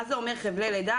מה הכוונה בחבלי לידה,